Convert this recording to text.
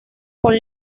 con